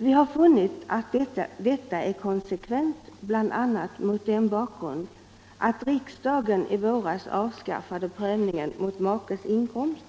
Vi har funnit att detta är konsekvent, bl.a. mot den bakgrunden att riksdagen i våras avskaffade prövningen mot makes inkomst